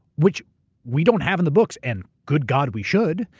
which we don't have in the books, and good god, we should.